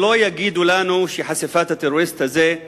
שלא יגידו לנו שחשיפת הטרוריסט הזה היא